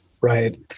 right